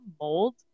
mold